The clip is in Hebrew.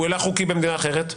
הוא הילך חוקי במדינה אחרת.